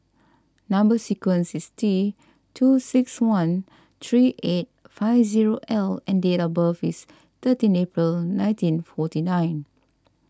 Number Sequence is T two six one three eight five zero L and date of birth is thirteen April nineteen forty nine